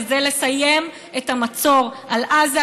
וזה לסיים את המצור על עזה,